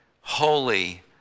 holy